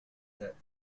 that